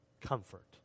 Comfort